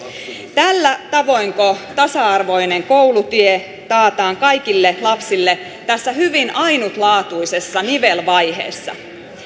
tällä tavoinko tasa arvoinen koulutie taataan kaikille lapsille tässä hyvin ainutlaatuisessa nivelvaiheessa